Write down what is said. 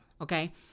okay